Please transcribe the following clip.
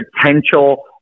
potential